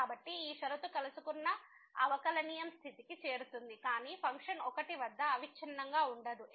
కాబట్టి ఈ షరతు కలుసుకున్న అవకలనియమం స్థితికి చేరుతుంది కాని ఫంక్షన్ 1 వద్ద అవిచ్ఛిన్నంగా ఉండదు